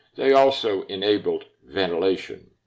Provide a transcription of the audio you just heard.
they also enabled ventilation.